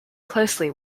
closely